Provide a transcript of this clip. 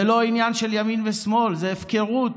זה לא עניין של ימין ושמאל, זה הפקרות.